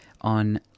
on